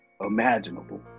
imaginable